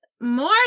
More